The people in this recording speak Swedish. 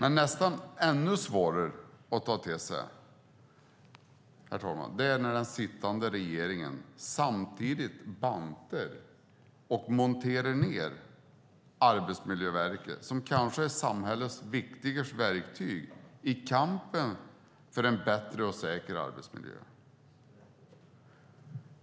Nästan ännu svårare att ta till sig är att den sittande regeringen samtidigt bantar och monterar ned Arbetsmiljöverket, som kanske är samhällets viktigaste verktyg i kampen för en bättre och säkrare arbetsmiljö.